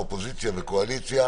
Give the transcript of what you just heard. אופוזיציה וקואליציה.